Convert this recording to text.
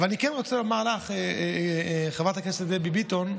אבל אני כן רוצה לומר לך, חברת הכנסת דבי ביטון,